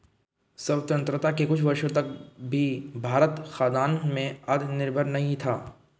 स्वतंत्रता के कुछ वर्षों बाद तक भी भारत खाद्यान्न में आत्मनिर्भर नहीं था